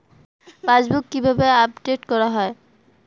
Passbook কিভাবে update করা হয়?